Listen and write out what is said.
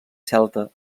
celta